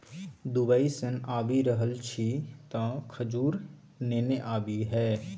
Dubai सँ आबि रहल छी तँ खजूर नेने आबिहे